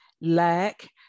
lack